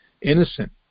innocent